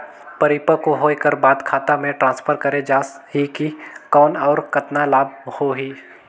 परिपक्व होय कर बाद खाता मे ट्रांसफर करे जा ही कौन और कतना लाभ होही?